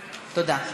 תודה.